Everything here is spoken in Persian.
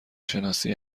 شناسی